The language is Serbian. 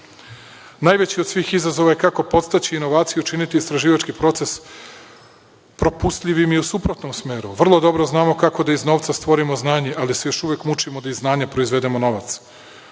sistema. Najveći od svih izazova je kako podstaći inovaciju, činiti istraživački proces propustljivim i u suprotnom smeru. Vrlo dobro znamo kako da iz novca stvorimo znanje, ali se još uvek mučimo da i znanjem proizvedemo novac. Uloga